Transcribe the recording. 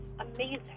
amazing